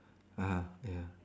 (uh huh) ya